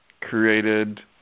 created